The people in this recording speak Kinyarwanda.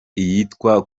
iyitwa